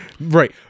Right